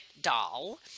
doll